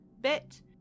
bit